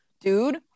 dude